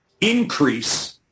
increase